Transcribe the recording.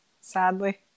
sadly